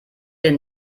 den